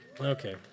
Okay